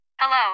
Hello